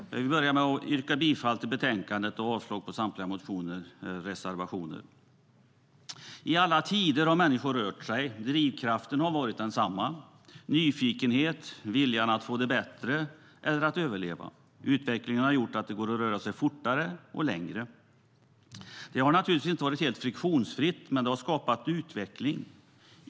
Herr talman! Jag vill börja med att yrka bifall till förslaget i betänkandet och avslag på samtliga reservationer. Utvecklingen har gjort att det nu går att röra sig fortare och längre. Det har naturligtvis inte varit helt friktionsfritt, men det har skapat utveckling.